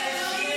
תודה רבה.